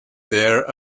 their